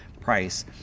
price